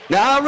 Now